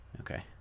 Okay